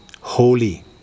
holy